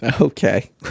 Okay